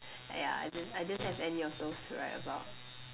yeah I didn't I didn't have any of those to write about